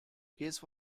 case